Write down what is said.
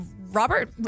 Robert